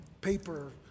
paper